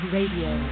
Radio